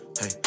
Hey